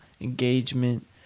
engagement